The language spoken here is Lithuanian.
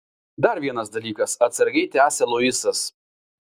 dar vienas dalykas atsargiai tęsia luisas